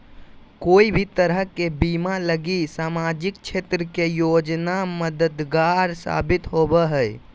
कोय भी तरह के बीमा लगी सामाजिक क्षेत्र के योजना मददगार साबित होवो हय